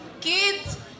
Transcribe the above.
kids